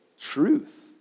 truth